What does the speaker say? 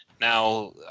Now